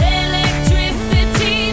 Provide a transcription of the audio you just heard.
electricity